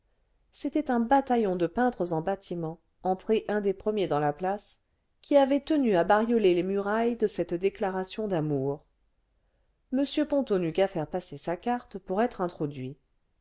c'était un bataillon de peintres en bâtiments entré un des premiers dans la place qui avait tenu à barioler les murailles de cette déclaration d'amour m ponto n'eut qu'à faire passer sa carte pour être introduit